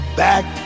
back